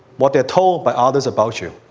what they're told by others about you.